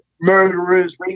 murderers